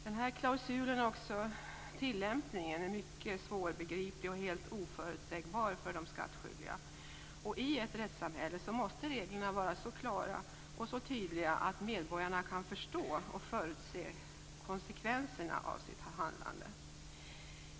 Den här klausulens tillämpning är också mycket svårbegriplig och helt oförutsägbar för de skattskyldiga. I ett rättssamhälle måste reglerna vara så klara och tydliga att medborgarna kan förstå och förutse konsekvenserna av sitt handlande.